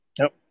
Nope